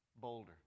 boulder